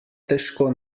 težko